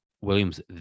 Williams